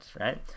right